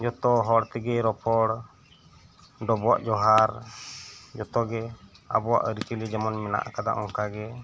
ᱡᱷᱚᱛᱚ ᱦᱚᱲ ᱛᱮᱜᱮ ᱨᱚᱯᱚᱲ ᱰᱚᱵᱚᱜ ᱡᱚᱦᱟᱨ ᱡᱷᱚᱛᱚ ᱜᱮ ᱟᱵᱚᱣᱟᱜ ᱟᱨᱤ ᱪᱟᱞᱤ ᱡᱮᱢᱚᱱ ᱢᱮᱱᱟᱜ ᱟᱠᱟᱫᱟ ᱚᱱᱠᱟᱜᱮ